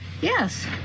Yes